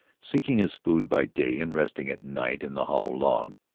seeking his food by day and resting at night in the hollow log.